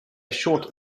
short